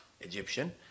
Egyptian